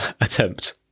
attempt